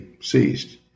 ceased